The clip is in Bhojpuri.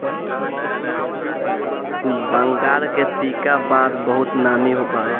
बंगाल के पीका बांस बहुते नामी बावे